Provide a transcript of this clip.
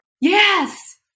Yes